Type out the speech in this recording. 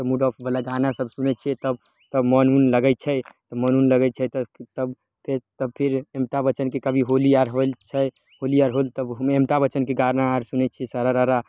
मुड ऑफ बला गाना सब सुनै छियै तब तब मोन उन लगै छै तब मोन उन लगै छै तऽ तब तब फेर तब फिर अमिताबच्चनके कभी होली आर होइल छै होली आर होइल तऽ ओहिमे अमिताबच्चनके गाना आर सुनै छियै सऽरऽरऽरऽ